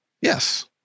yes